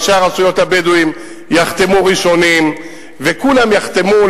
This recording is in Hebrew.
ראשי הרשויות הבדואים יחתמו ראשונים וכולם יחתמו,